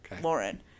Lauren